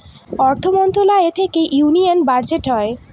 অর্থ মন্ত্রণালয় থেকে ইউনিয়ান বাজেট হয়